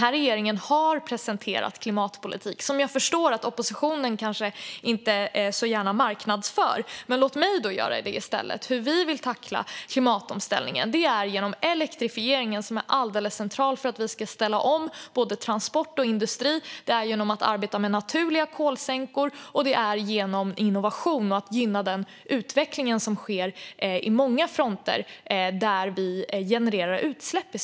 Regeringen har presenterat klimatpolitik, men jag förstår att oppositionen inte så gärna marknadsför den. Låt då mig göra det i stället. Vi vill tackla klimatomställningen genom elektrifiering, som är helt central för att ställa om transport och industri, genom naturliga kolsänkor och genom innovation och att gynna den utveckling som sker på många fronter där Sverige genererar utsläpp.